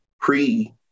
pre